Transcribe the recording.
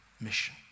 mission